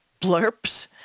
blurps